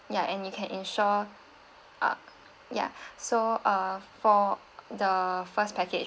ya and you can insure uh ya so uh for the first package